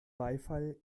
beifall